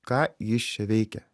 ką jis čia veikia